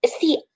See